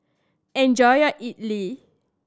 enjoy your Idly